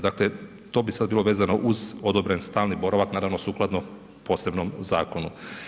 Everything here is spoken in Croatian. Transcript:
Dakle, to bi sad bilo vezano uz odobren stalni boravak naravno sukladno posebnom zakonu.